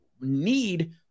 need